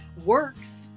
works